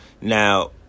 Now